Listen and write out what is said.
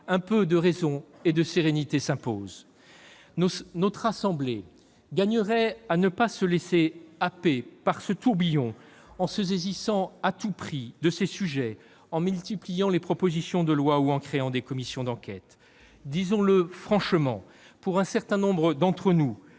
un peu de raison et de sérénité s'impose. Notre assemblée gagnerait à ne pas se laisser happer par ce tourbillon en se saisissant à tout prix de ces sujets, en multipliant les propositions de loi ou en créant des commissions d'enquête. Disons-le franchement, pour un certain nombre d'entre nous,